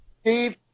Steve